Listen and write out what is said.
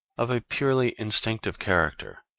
of a purely instinctive character,